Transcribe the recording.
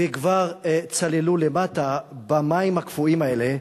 וכבר צללו למטה במים הקפואים האלה.